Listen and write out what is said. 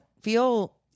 feel